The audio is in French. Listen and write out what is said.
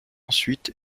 ensuite